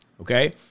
Okay